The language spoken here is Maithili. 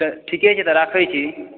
ठीके छै तऽ राखै छी